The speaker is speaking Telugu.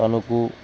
తణుకు